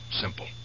simple